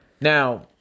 Now